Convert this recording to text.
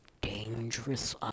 dangerous